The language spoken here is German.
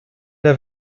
der